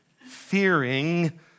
fearing